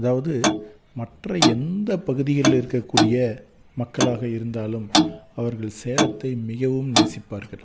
அதாவது மற்ற எந்த பகுதியில் இருக்க கூடிய மக்களாக இருந்தாலும் அவர்கள் சேலத்தை மிகவும் நேசிப்பார்கள்